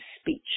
speech